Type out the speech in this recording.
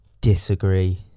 disagree